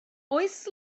oes